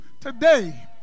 today